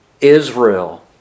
Israel